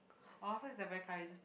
orh so he's the very courageous